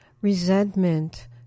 resentment